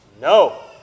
No